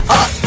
up